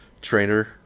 trainer